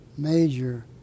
major